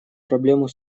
проблему